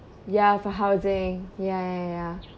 ya for housing ya ya ya